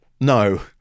No